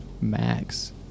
Max